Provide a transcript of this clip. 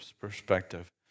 perspective